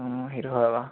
সেইটো হয় বাৰু